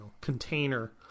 container